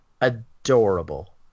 adorable